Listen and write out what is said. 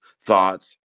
thoughts